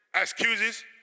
Excuses